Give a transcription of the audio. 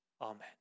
Amen